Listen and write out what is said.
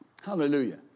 Hallelujah